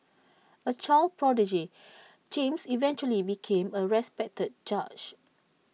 A child prodigy James eventually became A respected judge